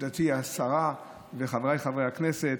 השרה וחבריי חברי הכנסת,